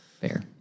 Fair